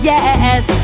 Yes